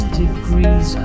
degrees